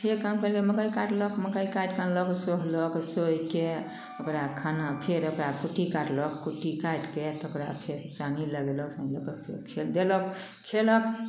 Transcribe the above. फेर काम करए लै मकै काटलक मकै काटि कऽ अनलक सोहलक सोहिके ओकरा खाना फेर ओकरा कुट्टी काटलक कुट्टी काटि कऽ तऽ ओकरा फेर सानी लगेलक फेर देलक खयलक